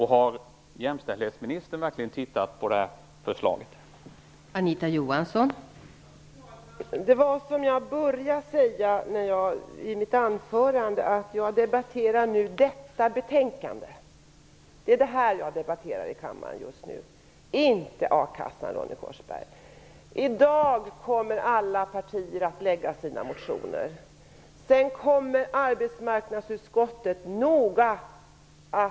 Har jämställdshetsministern verkligen tittat på det här förslaget?